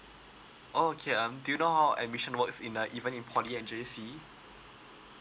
okay um do you know how admission works in uh even in poly and J_C